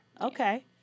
Okay